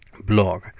Blog